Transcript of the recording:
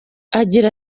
agira